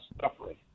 suffering